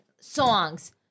songs